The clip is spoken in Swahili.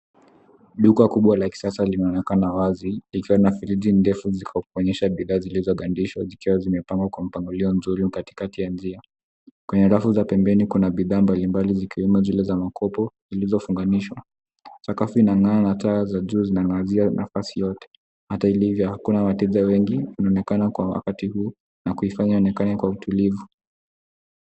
Duka kubwa la kisasa linaonekana wazi, likiwa na friji ndefu za kuonyesha bidhaa zilizogandishwa zikiwa zimepangwa kwa mapangilio mzuri katikati ya njia. Kwenye rafu za pembeni kuna bidhaa mbalimbali zikiwemo zile makopo zilizofunganishwa. Sakafu inang'aa na taa za juu zinaangazia nafasi yote. Hata ilivyo hakuna wateja wengi wanaonekana kwa wakati huu na kuifanya ionekane kwa utulivu.